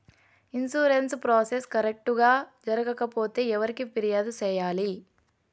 insurance process correct గా జరగకపోతే ఎవరికి ఫిర్యాదు సేయాలి